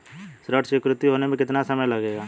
ऋण स्वीकृत होने में कितना समय लगेगा?